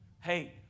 Hey